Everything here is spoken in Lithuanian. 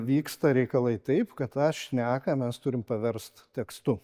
vyksta reikalai taip kad tą šneką mes turim paverst tekstu